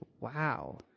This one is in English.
Wow